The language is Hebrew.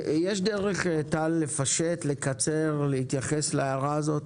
יש דרך, טל, לפשט, לקצר, להתייחס להערה הזאת?